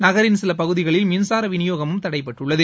நகரின் சில பகுதிகளில் மின்சார வினியோகமும் தடைபட்டுள்ளது